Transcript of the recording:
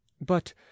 But